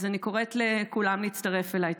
אז אני קוראת לכולם להצטרף אליי.